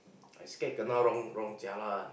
I scared kena wrong wrong jialat